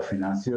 הפתרון שלנו נתנו,